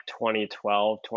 2012